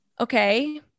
okay